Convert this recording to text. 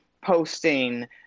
posting